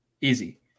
Easy